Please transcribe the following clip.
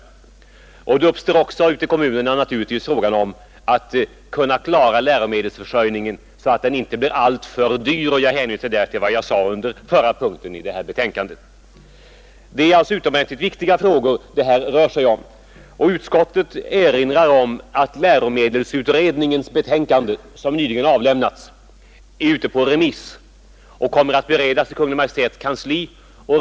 Naturligtvis uppstår uti kommunerna frågan om att kunna klara läromedelsförsörjningen så att den inte blir alltför dyr. Jag hänvisar därtill vad jag sade under förra punkten i det här betänkandet. Det är alltså utomordentligt viktiga frågor det rör sig om. Utskottet erinrar om att läromedelsutredningens betänkande, som nyligen avlämnats, är ute på remiss och kommer att beredas i Kungl. Maj:ts kansli.